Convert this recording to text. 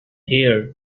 here